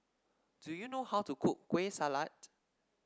do you know how to cook Kueh Salat